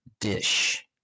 dish